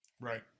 right